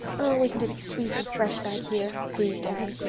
oh, isn't it sweet and fresh back here? breathed anne.